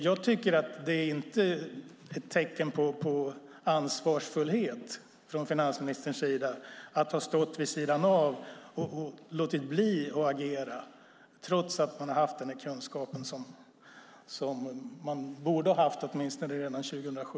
Jag tycker inte att det är något tecken på ansvarsfullhet från finansministerns sida att ha stått vid sidan av och låtit bli att agera, trots att man borde ha haft kunskap om detta åtminstone redan 2007.